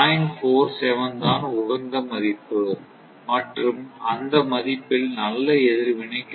47 தான் உகந்த மதிப்பு மற்றும் அந்த மதிப்பில் நல்ல எதிர்வினை கிடைக்கும்